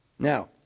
Now